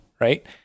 right